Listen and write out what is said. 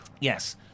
Yes